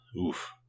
oof